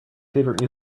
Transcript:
favorite